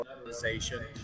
organization